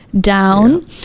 down